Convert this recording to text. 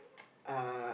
uh